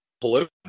political